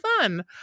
fun